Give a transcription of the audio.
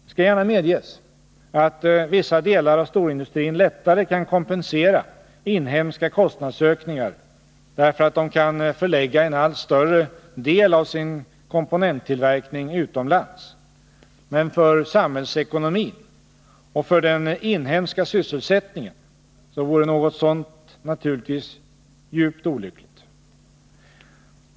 Det skall gärna medges att vissa delar av storindustrin lättare kan kompensera inhemska kostnadsökningar, därför att de kan förlägga en allt större del av sin komponenttillverkning utomlands. Men för samhällsekonomin och för den inhemska sysselsättningen vore något sådant naturligtvis något djupt olyckligt.